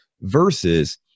versus